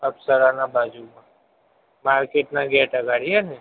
અપ્સરાનાં બાજુમાં માર્કેટના ગેટ અગાડી હેં ને